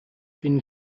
been